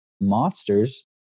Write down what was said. monsters